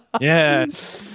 yes